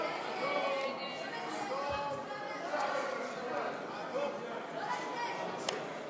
ההצעה להעביר את הצעת חוק-יסוד: